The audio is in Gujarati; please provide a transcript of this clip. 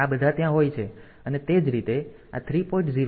તેથી આ બધા ત્યાં હોય છે અને તે જ રીતે આ 3